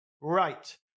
Right